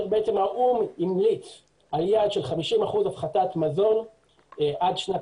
האו"מ המליץ על יעד של 50 אחוזים הפחתת מזון עד שנת